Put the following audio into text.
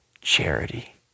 charity